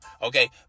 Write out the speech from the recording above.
Okay